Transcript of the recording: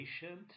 patient